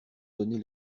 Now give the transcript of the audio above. donner